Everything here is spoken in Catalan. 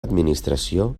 administració